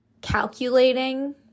calculating